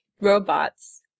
robots